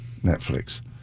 netflix